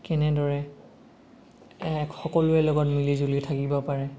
কেনেদৰে সকলোৰে লগত মিলিজুলি থাকিব পাৰে